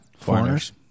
Foreigners